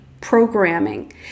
programming